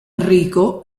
enrico